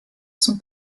son